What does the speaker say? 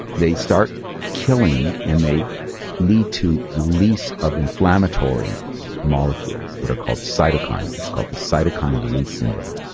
they start killing and they lead to release of inflammatory molecules that are called cytokines. it's called the cytokine release syndrome.